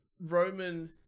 Roman